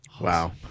Wow